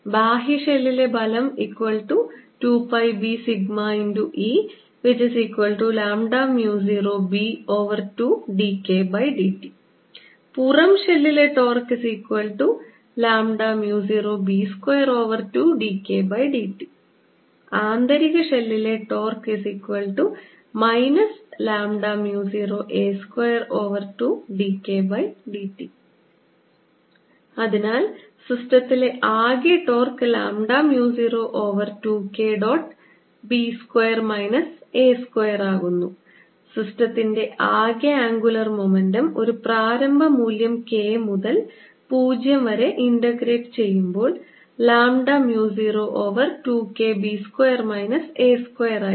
ബാഹ്യ ഷെല്ലിലെ ബലം2πbσE0b2dKdt പുറം ഷെല്ലിലെ ടോർക്ക് 0b22dKdt ആന്തരിക ഷെല്ലിലെ ടോർക്ക് 0a22dKdt അതിനാൽ സിസ്റ്റത്തിലെ ആകെ torque lambda mu 0 over 2 K dot b square minus a square ആകുന്നു സിസ്റ്റത്തിന്റെ ആകെ ആംഗുലർ മൊമെന്റം ഒരു പ്രാരംഭ മൂല്യം K മുതൽ 0 വരെ ഇൻറഗ്രേറ്റ് ചെയ്യുമ്പോൾ lambda mu 0 over 2 K b square minus a square ആയിരിക്കും